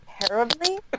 terribly